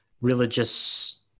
religious